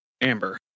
Amber